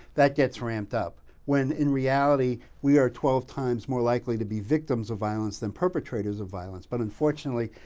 that gets ramped up, when in reality, we are twelve times more likely to be victims of violence than perpetrators of violence. but unfortunately,